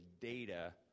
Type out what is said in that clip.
data